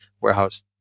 warehouse